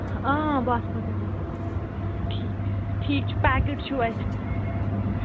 اۭں باسمتی ٹھیٖک چھُ ٹھیٖک چھُ پٮ۪کٕڈ چھُو اَسہِ